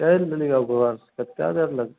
चैलि देलियै घरसँ कतेक देर लगतै